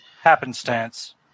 Happenstance